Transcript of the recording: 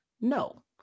No